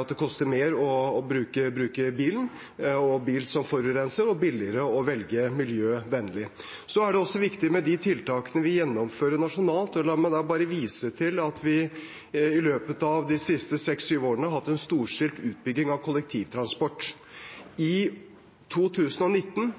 at det koster mer å bruke en bil som forurenser, og billigere å velge miljøvennlig. Det er også viktig med de tiltakene vi gjennomfører nasjonalt. La meg da bare vise til at vi i løpet av de siste seks–syv årene har hatt en storstilt utbygging av kollektivtransport. I 2019